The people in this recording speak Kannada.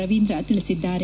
ರವೀಂದ್ರ ತಿಳಿಸಿದ್ದಾರೆ